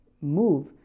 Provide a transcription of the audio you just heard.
move